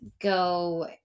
go